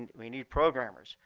we need programmers,